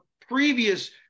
previous